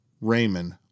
Raymond